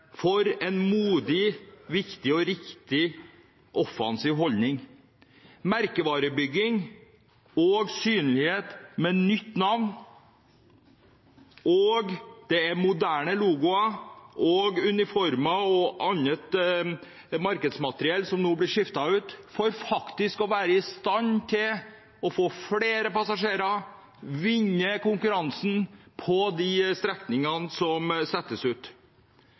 riktig offensiv holdning, med merkevarebygging og synlighet med nytt navn. Det er logoer og uniformer og annet markedsmateriell som nå blir skiftet ut til moderne, for å bli i stand til å få flere passasjerer og vinne konkurransen på de strekningene som settes ut.